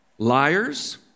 Liars